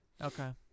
Okay